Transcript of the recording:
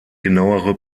genauere